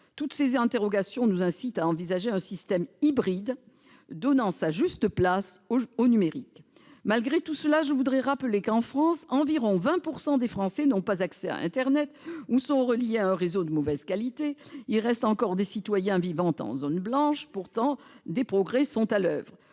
Toutes ces interrogations nous incitent à envisager un système hybride, donnant sa juste place au numérique. Je voudrais rappeler qu'environ 20 % des Français n'ont pas accès à internet ou sont reliés à un réseau de mauvaise qualité. Il reste encore des citoyens vivant en zone blanche, même si des progrès sont à l'oeuvre.